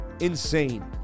insane